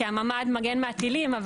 כי הממ"ד מגן מהטילים,